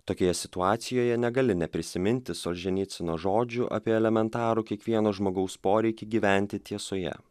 tokioje situacijoje negali neprisiminti solženycino žodžių apie elementarų kiekvieno žmogaus poreikį gyventi tiesoje